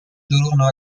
دروغ